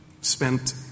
spent